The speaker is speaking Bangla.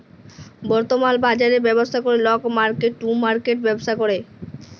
বর্তমাল বাজরের ব্যবস্থা ক্যরে লক মার্কেট টু মার্কেট ব্যবসা ক্যরে